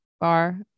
bar